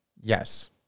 Yes